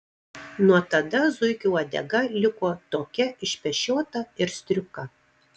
nuo tada zuikio uodega liko tokia išpešiota ir striuka